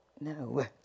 No